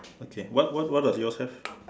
okay what what what does yours have